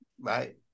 right